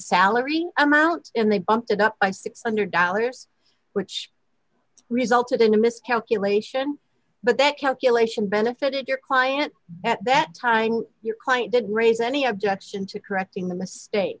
salary amount and they bumped it up by six hundred dollars which resulted in a miscalculation but that calculation benefited your client at that time your client didn't raise any objection to correcting the mistake